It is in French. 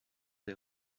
des